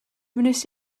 wnes